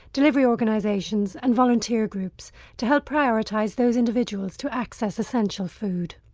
delivery organisations and volunteer groups to help prioritise those individuals to access essential food.